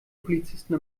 polizisten